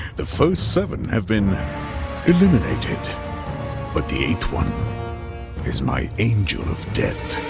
the first seven have been eliminated but the eighth one is my, angel of death.